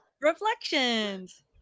Reflections